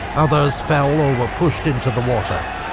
others fell or were pushed into the water,